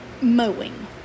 mowing